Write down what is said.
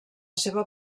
seva